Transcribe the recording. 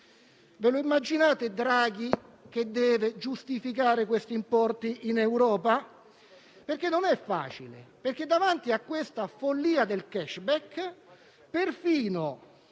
Ve lo immaginate Draghi che deve giustificare questi importi in Europa? Non è facile, perché davanti a questa follia del *cashback* perfino